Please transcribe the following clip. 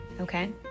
okay